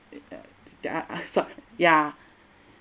ya